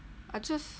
I just